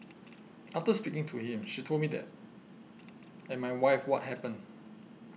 after speaking to him she told me that and my wife what happened